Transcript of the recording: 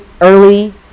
early